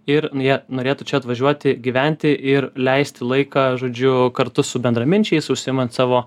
ir jie norėtų čia atvažiuoti gyventi ir leisti laiką žodžiu kartu su bendraminčiais užsiimant savo